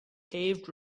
paved